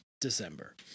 december